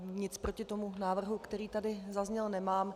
Nic proti tomu návrhu, který tady zazněl, nemám.